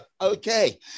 okay